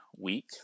week